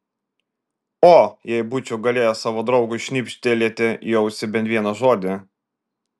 o jei būčiau galėjęs savo draugui šnibžtelėti į ausį bent vieną žodį